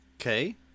Okay